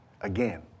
again